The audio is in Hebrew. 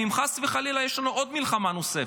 אם חס וחלילה תהיה לנו מלחמה נוספת?